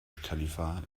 khalifa